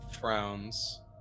frowns